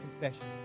confession